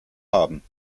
haben